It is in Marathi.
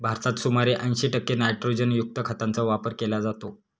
भारतात सुमारे ऐंशी टक्के नायट्रोजनयुक्त खतांचा वापर केला जातो